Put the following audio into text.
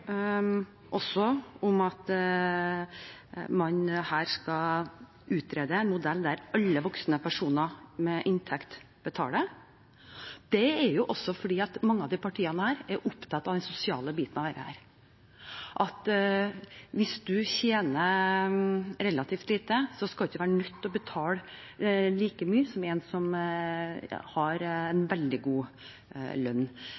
også om at man skal utrede en modell der alle voksne personer med inntekt betaler. Det er fordi mange av partiene er opptatt av den sosiale biten av dette, at hvis man tjener relativt lite, skal man ikke være nødt til å betale like mye som en som har veldig god lønn.